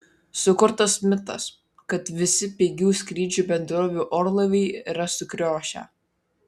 sukurtas mitas kad visi pigių skrydžių bendrovių orlaiviai yra sukriošę